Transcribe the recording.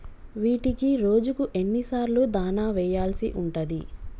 వీటికి రోజుకు ఎన్ని సార్లు దాణా వెయ్యాల్సి ఉంటది?